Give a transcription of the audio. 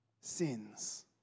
sins